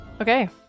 Okay